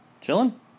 chilling